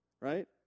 right